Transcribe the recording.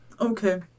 okay